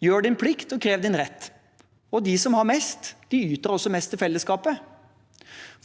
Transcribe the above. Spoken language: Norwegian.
Gjør din plikt, og krev din rett. De som har mest, yter også mest til fellesskapet.